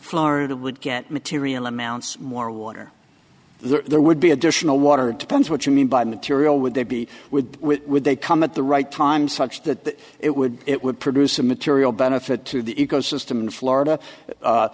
florida would get material amounts more water there would be additional water it depends what you mean by material would they be with would they come at the right time such that it would it would produce a material benefit to the ecosystem in florida